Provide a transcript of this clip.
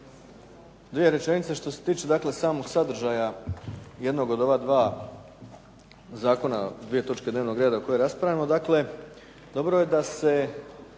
Dvije rečenice samo što se tiče samog sadržaja jednog od ova dva zakona, o dvije točke dnevnog reda o kojem raspravljamo.